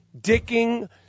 dicking